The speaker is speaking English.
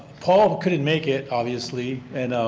paul couldn't make it obviously and